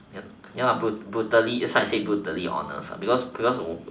ya ya brutal brutally that's why I said brutally honest because because of